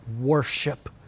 worship